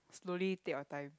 slowly take your time